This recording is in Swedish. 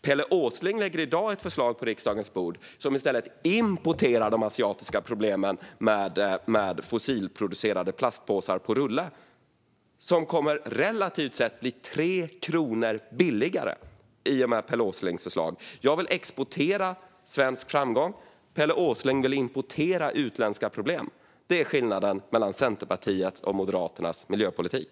Pelle Åsling lägger i dag ett förslag på riksdagens bord som i stället importerar de asiatiska problemen med fossilproducerade plastpåsar på rulle. Dessa kommer relativt sett att bli 3 kronor billigare i och med Pelle Åslings förslag. Jag vill exportera svensk framgång; Pelle Åsling vill importera utländska problem - det är skillnaden mellan Centerpartiets och Moderaternas miljöpolitik.